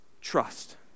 trust